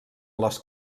les